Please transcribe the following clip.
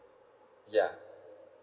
yeah